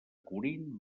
corint